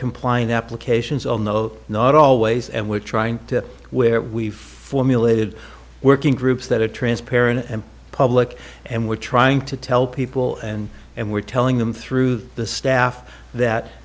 compliant applications on no not always and we're trying to where we formulated working groups that are transparent and public and we're trying to tell people and and we're telling them through the staff that